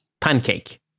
pancake